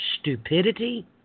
stupidity